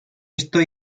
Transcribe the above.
estos